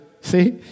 see